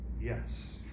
Yes